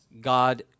God